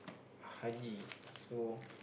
haji so